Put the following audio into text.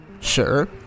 Sure